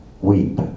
weep